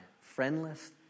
friendless